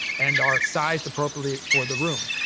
and are sized appropriately for the room.